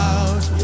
Out